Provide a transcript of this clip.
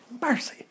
Mercy